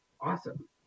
awesome